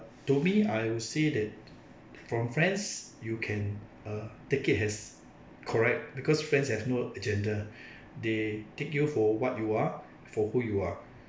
uh to me I will say that from friends you can uh take it as correct because friends have no agenda they take you for what you are for who you are